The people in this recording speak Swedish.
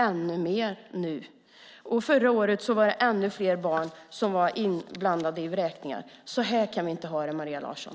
Förra året var ännu fler barn inblandade i vräkningar. Så kan vi inte ha det, Maria Larsson.